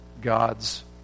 God's